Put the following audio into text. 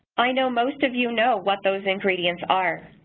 i know most of you know what those ingredients are.